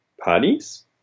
parties